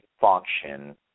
function